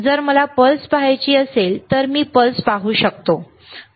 जर मला पल्स पाहायची असेल तर मी पल्स पाहू शकतो बरोबर